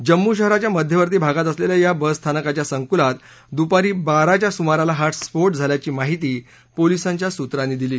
जम्मू शहराच्या मध्यवर्ती भागात असलेल्या या बसस्थानकाच्या संकुलात दुपारी बाराच्या सुमाराला हा स्फोट झाल्याची माहिती पोलिसांच्या सूत्रांनी दिली